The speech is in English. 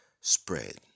spread